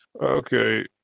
Okay